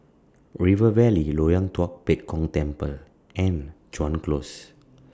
River Valley Loyang Tua Pek Kong Temple and Chuan Close